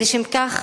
ולשם כך